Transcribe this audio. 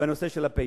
בנושא של הפשע.